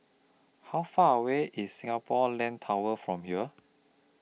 How Far away IS Singapore Land Tower from here